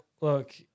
look